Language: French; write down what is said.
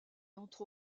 entre